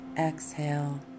exhale